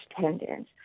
tendons